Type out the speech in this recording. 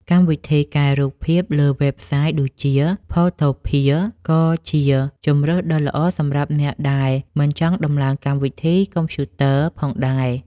កម្មវិធីកែរូបភាពលើវេបសាយដូចជា ផូថូភៀ ក៏ជាជម្រើសដ៏ល្អសម្រាប់អ្នកដែលមិនចង់ដំឡើងកម្មវិធីក្នុងកុំព្យូទ័រផងដែរ។